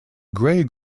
gray